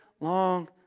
long